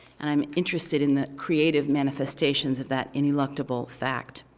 and i'm interested in the creative manifestations of that ineluctable fact.